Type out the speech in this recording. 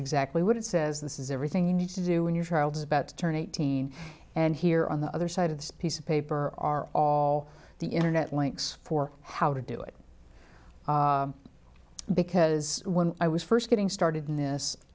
exactly what it says this is everything you need to do when your child is about to turn eighteen and here on the other side of this piece of paper are all the internet links for how to do it because when i was first getting started in this